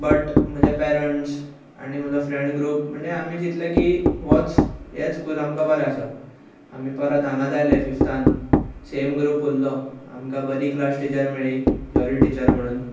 but म्हजे parents आनी म्हजो फ्रेंड ग्रुप ते आमी चितले की होच हेच स्कूल आमकां बरें आसा आमी परत हांगाच आयले फिफतान सेम ग्रुप उरलो आमकां बरी क्लास टिचर मेळ्ळी जोली टिचर म्हणून